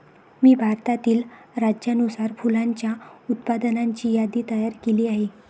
मी भारतातील राज्यानुसार फुलांच्या उत्पादनाची यादी तयार केली आहे